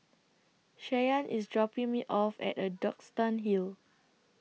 Shyann IS dropping Me off At A Duxton Hill